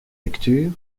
lectures